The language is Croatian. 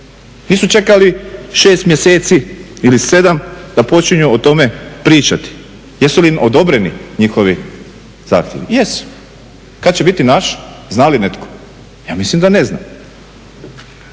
Nisu čekali 6 mjeseci ili 7 da počinju o tome pričati. Jesu li odobreni njihovi zahtjevi? Jesu. Kada će biti naš, zna li netko? Ja mislim da ne zna.